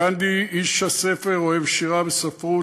גנדי איש הספר, אוהב שירה וספרות,